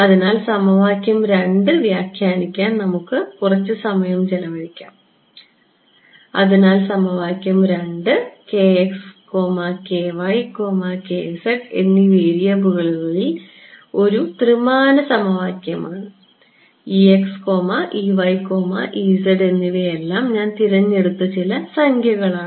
അതിനാൽ സമവാക്യം 2 വ്യാഖ്യാനിക്കാൻ നമുക്ക് കുറച്ച് സമയം ചിലവഴിക്കാം അതിനാൽ സമവാക്യം 2 എന്നീ വേരിയബിളുകളിൽ ഉള്ള ഒരു ത്രിമാന സമവാക്യമാണ് എന്നിവയെല്ലാം ഞാൻ തിരഞ്ഞെടുത്ത ചില സംഖ്യകളാണ്